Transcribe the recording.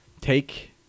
take